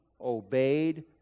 obeyed